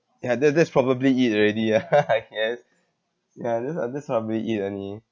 ya tha~ that's probably it already ah yes ya that's uh that's probably it already